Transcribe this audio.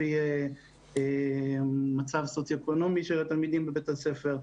לפי מצב סוציו אקונומי של התלמידים בבית הספר.